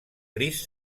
gris